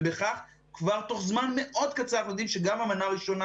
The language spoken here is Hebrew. ובכך כבר תוך זמן מאוד קצר אני מבין שגם המנה הראשונה